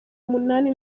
umunani